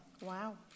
Wow